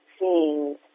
scenes